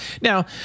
Now